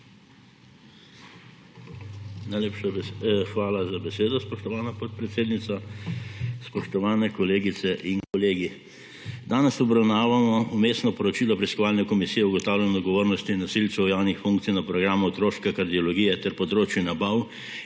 Najlepša hvala za besedo, spoštovana podpredsednica. Spoštovane kolegice in kolegi! Danes obravnavamo vmesno poročilo Preiskovalne komisije o ugotavljanju in odgovornosti nosilcev javnih funkcij na programu otroške kardiologije ter področju nabav